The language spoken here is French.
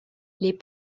les